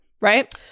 right